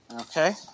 okay